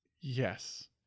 Yes